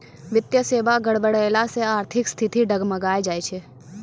वित्तीय सेबा गड़बड़ैला से आर्थिक स्थिति डगमगाय जाय छै